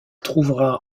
trouvera